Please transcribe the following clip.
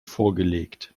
vorgelegt